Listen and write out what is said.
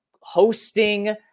hosting